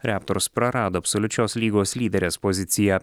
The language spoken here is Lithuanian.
reptors prarado absoliučios lygos lyderės poziciją